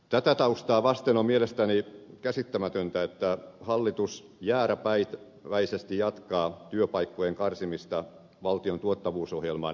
tätä taustaa vasten on mielestäni käsittämätöntä että hallitus jääräpäisesti jatkaa työpaikkojen karsimista valtion tuottavuusohjelman nimissä